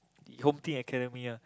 the Home Team Academy one